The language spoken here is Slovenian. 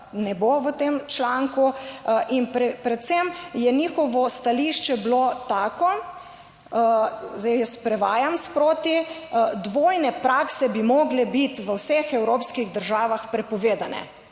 ne bo v tem članku. In predvsem je njihovo stališče bilo tako - zdaj jaz prevajam sproti - dvojne prakse bi morale biti v vseh evropskih državah prepovedane.